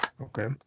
Okay